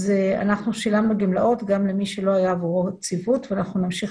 אז אנחנו שילמנו גמלאות גם למי שלא היה בו ציוות ואנחנו נמשיך